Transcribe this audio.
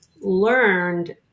learned